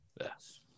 Yes